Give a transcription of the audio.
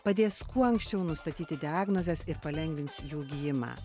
padės kuo anksčiau nustatyti diagnozes ir palengvins jų gijimą